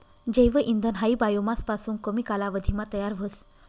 जैव इंधन हायी बायोमास पासून कमी कालावधीमा तयार व्हस